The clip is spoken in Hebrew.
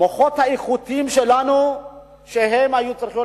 המוחות האיכותיים שלנו שהיו צריכים להיות